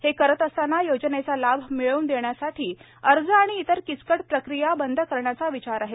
हे करत असताना योजनेचा लाभ मिळवून देण्यासाठी अर्ज आणि इतर किचकट प्रक्रिया बंद करण्याचा विचार आहे